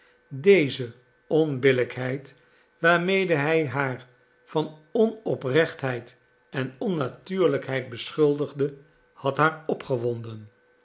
deze onbillijkheid waarmede hij haar van onoprechtheid en onnatuurlijkheid beschuldigde had haar opgewonden